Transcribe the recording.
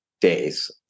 days